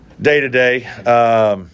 Day-to-day